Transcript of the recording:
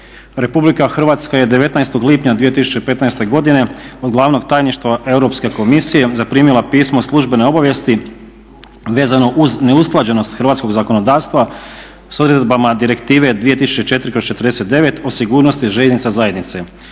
RH je 19.lipnja 2015.godine od glavnog tajništva Europske komisije zaprimila pismo službene obavijesti vezano uz neusklađenost hrvatskog zakonodavstva s odredbama direktive 2004/49 o sigurnosti željeznica zajednice,